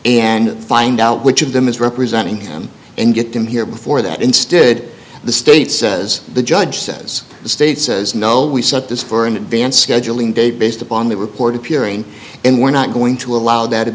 and find out which of them is representing him and get them here before that instead the state says the judge says the state says no we sent this for an advance scheduling date based upon the report appearing and we're not going to allow that